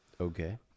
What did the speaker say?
Okay